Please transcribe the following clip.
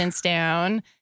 down